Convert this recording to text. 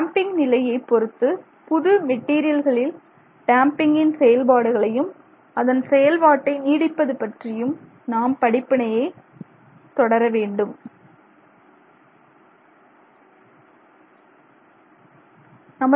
damping நிலையை பொறுத்து புது மெட்டீரியல்களில் டேம்பிங்கின் செயல்பாடுகளையும் அதன் செயல்பாட்டை நீடிப்பது பற்றியும் நாம் படிப்பினையை செய்ய இருக்கிறோம்